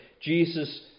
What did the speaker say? Jesus